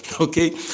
Okay